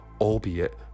albeit